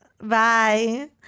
bye